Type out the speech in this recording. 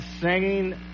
singing